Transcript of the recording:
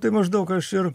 tai maždaug aš ir